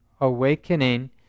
awakening